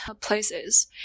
places